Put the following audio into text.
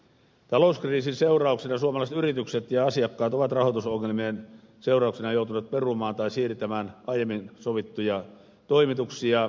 talouskriisin seurauksena suomalaiset yritykset ja asiakkaat ovat rahoitusongelmien vuoksi joutuneet perumaan tai siirtämään aiemmin sovittuja toimituksia